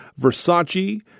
Versace